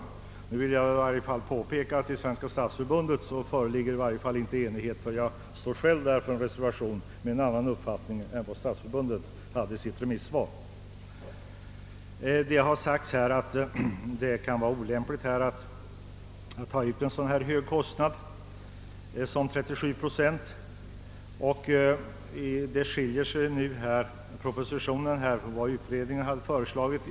Jag vill i detta sammanhang påpeka att inom Svenska stadsförbundet föreligger i varje fall ingen enighet; jag har där själv reserverat mig eftersom jag hade en annan uppfattning än vad Svenska stadsförbundet gav uttryck för i sitt remissvar. Det har sagts att det kan vara olämpligt att ta ut ett så högt bidrag som 37,5 procent. Propositionen skiljer sig från vad utredningen hade föreslagit.